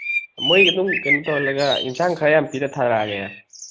ꯃꯣꯏ ꯑꯗꯨꯝ ꯀꯩꯅꯣ ꯇꯧꯍꯜꯂꯒ ꯑꯦꯟꯁꯥꯡ ꯈꯔ ꯌꯥꯝ ꯄꯤꯔ ꯊꯥꯔꯛꯑꯒꯦ